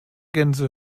gänse